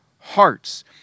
hearts